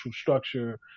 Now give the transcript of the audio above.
structure